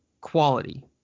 quality